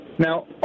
Now